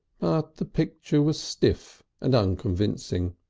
the picture was stiff and unconvincing.